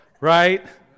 right